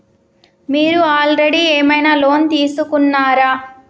మీరు ఆల్రెడీ ఏమైనా లోన్ తీసుకున్నారా?